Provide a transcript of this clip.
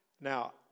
Now